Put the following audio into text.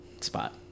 spot